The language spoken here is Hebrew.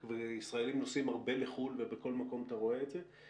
וישראלים נוסעים הרבה לחו"ל ובכל מקום אתה רואה את זה,